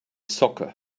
soccer